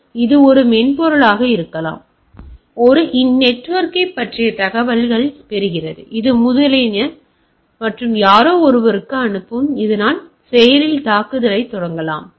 எனவே இது ஒரு மென்பொருளாக இருக்கலாம் இது ஒரு நெட்வொர்க்கைப் பற்றிய தகவல்களைப் பெறுகிறது இது முதலியன முதலியன மற்றும் யாரோ ஒருவருக்கு அனுப்பும் இதனால் அது செயலில் தாக்குதலைத் தொடங்கலாம்